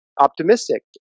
optimistic